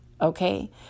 Okay